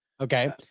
Okay